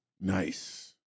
Nice